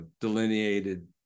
delineated